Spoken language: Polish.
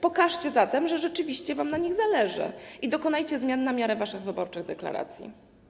Pokażcie zatem, że rzeczywiście wam na nich zależy i dokonajcie zmian na miarę waszych wyborczych deklaracji.